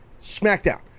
SmackDown